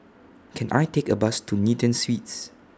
Can I Take A Bus to Newton Suites